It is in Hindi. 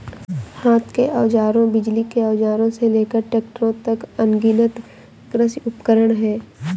हाथ के औजारों, बिजली के औजारों से लेकर ट्रैक्टरों तक, अनगिनत कृषि उपकरण हैं